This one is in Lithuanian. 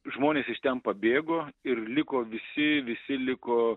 žmonės iš ten pabėgo ir liko visi visi liko